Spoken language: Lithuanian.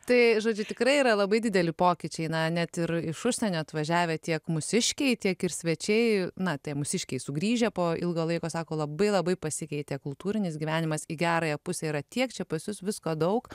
tai žodžiu tikrai yra labai dideli pokyčiai na net ir iš užsienio atvažiavę tiek mūsiškiai tiek ir svečiai na tie mūsiškiai sugrįžę po ilgo laiko sako labai labai pasikeitė kultūrinis gyvenimas į gerąją pusę yra tiek čia pas jus visko daug